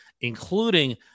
including